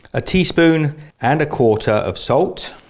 a teaspoon and a quarter of salt.